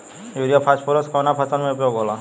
Urea phosphorus कवना फ़सल में उपयोग होला?